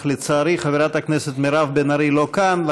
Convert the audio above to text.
אך לצערי חברת הכנסת מירב בן ארי לא כאן,